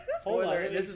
Spoiler